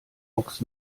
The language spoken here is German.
ochs